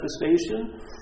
manifestation